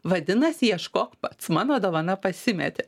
vadinasi ieškok pats mano dovana pasimetė